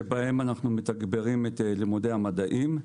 שבהם אנחנו מתגברים את לימודי המדעים,